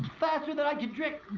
faster than i can drink.